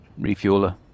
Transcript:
Refueler